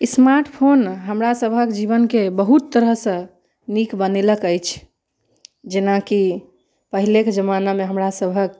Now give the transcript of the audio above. smart phone हमरा सभक जीवनके बहुत तरहऽसँ नीक बनेलक अछि जेनाकि पहिलेक जमानामे हमरा सभक